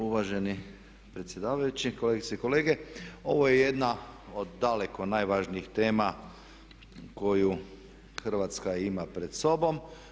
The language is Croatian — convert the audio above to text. Uvaženi predsjedavajući, kolegice i kolege ovo je jedna od daleko najvažnijih tema koju Hrvatska ima pred sobom.